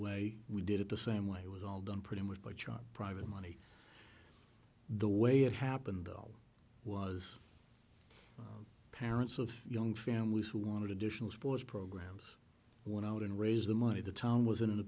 way we did it the same way it was all done pretty much but your private money the way it happened was parents of young families who wanted additional sports programs went out and raise the money the town was in